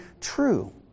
true